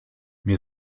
mir